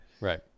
right